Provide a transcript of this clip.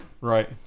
Right